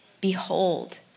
Behold